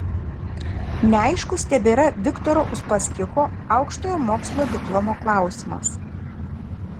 neaiškus tebėra viktoro uspaskicho aukštojo mokslo diplomo klausimas